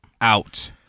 out